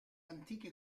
antiche